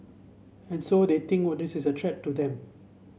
and so they think what this is a threat to them